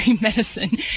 medicine